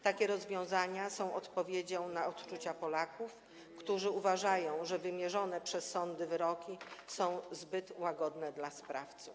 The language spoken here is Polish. Takie rozwiązania są odpowiedzią, są zgodne z odczuciami Polaków, którzy uważają, że wymierzone przez sądy wyroki są zbyt łagodne dla sprawców.